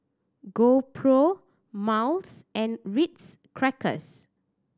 GoPro Miles and Ritz Crackers